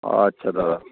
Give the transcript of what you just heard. আচ্ছা দাদা